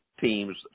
teams